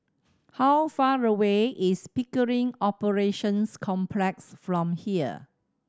how far away is Pickering Operations Complex from here